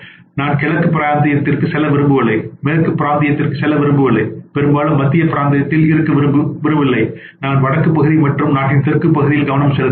நான் கிழக்கு பிராந்தியத்திற்கு செல்ல விரும்பவில்லை மேற்கு பிராந்தியத்திற்கு செல்ல விரும்பவில்லை பெரும்பாலும் மத்திய பிராந்தியத்தில் இருக்க நான் விரும்பவில்லை நான் வடக்கு பகுதி மற்றும் நாட்டின் தெற்கு பகுதியில் கவனம் செலுத்துவேன்